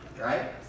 right